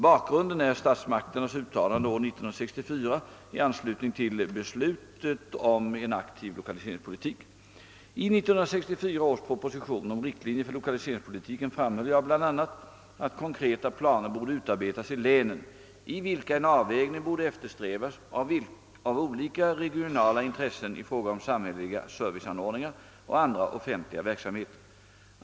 Bakgrunden är stalsmakternas uttalande år 1964 i anslutning till beslutet om en aktiv lokaliseringspolitik. I 1964 års proposition om riktlinjer för = lokaliseringspolitiken framhöll jag bl.a. att konkreta planer borde utarbetas i länen, i vilka en avvägning borde eftersträvas av olika regionala intressen i fråga om samhälleliga serviceanordningar och andra offentliga verksamheter.